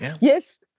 Yes